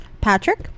Patrick